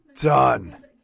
done